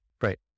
Right